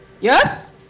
Yes